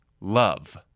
love